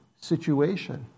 situation